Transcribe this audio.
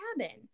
cabin